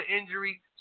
injury